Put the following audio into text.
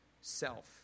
self